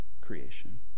creation